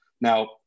Now